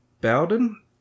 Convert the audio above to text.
Bowden